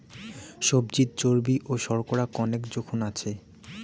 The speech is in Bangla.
সবজিত চর্বি ও শর্করা কণেক জোখন আছে